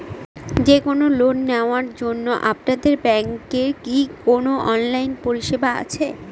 যে কোন লোন নেওয়ার জন্য আপনাদের ব্যাঙ্কের কি কোন অনলাইনে পরিষেবা আছে?